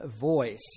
voice